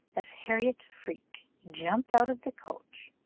as harriot freke jumped out of the coach,